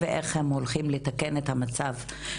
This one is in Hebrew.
ואיך הם הולכים לתקן את המצב,